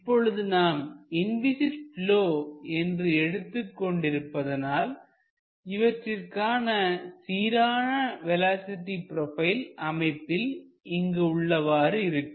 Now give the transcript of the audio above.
இப்பொழுது நாம் inviscid flow என்று எடுத்துக் கொண்டிருப்பதால் இவற்றிற்கான சீரான வேலோஸிட்டி ப்ரொபைல் அமைப்பில் இங்கு உள்ளவாறு இருக்கும்